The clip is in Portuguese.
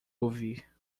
ouvir